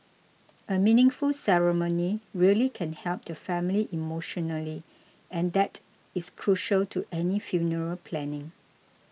a meaningful ceremony really can help the family emotionally and that is crucial to any funeral planning